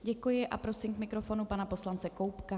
Děkuji a prosím k mikrofonu pana poslance Koubka.